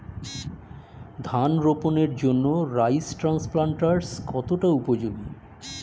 ধান রোপণের জন্য রাইস ট্রান্সপ্লান্টারস্ কতটা উপযোগী?